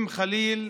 אום חליל,